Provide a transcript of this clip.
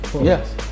Yes